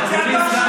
צא,